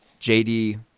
jd